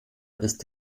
ist